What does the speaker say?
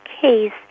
case